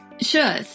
Sure